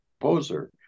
composer